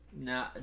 No